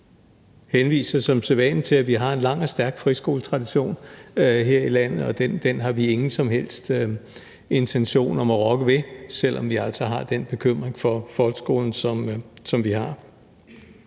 henviser som sædvanlig til, at vi har en lang og stærk friskoletradition her i landet, og den har vi ingen som helst intention om at rokke ved, selv om vi altså har den bekymring for folkeskolen, som vi har.